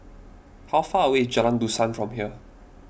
how far away is Jalan Dusan from here